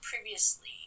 previously